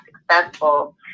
successful